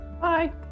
Bye